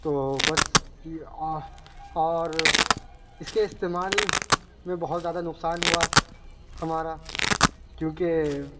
تو بس اور اس کے استعمال میں بہت زیادہ نقصان ہوا ہمارا کیونکہ